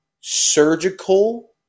surgical